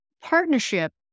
partnership